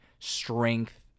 strength